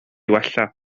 wella